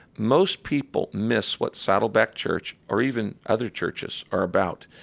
most people miss what saddleback church or even other churches are about.